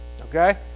Okay